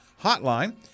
hotline